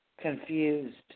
confused